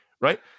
right